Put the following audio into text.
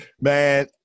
Man